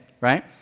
right